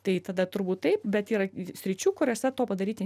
tai tada turbūt taip bet yra sričių kuriose to padaryti